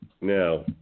Now